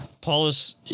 Paulus